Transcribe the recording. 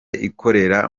ikorera